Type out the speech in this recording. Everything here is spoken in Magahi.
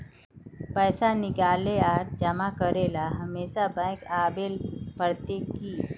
पैसा निकाले आर जमा करेला हमेशा बैंक आबेल पड़ते की?